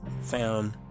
found